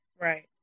Right